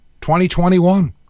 2021